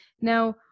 Now